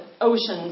Oceans